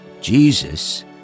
Jesus